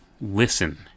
listen